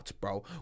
bro